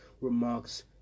remarks